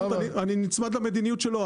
אני נצמד למדיניות שלו,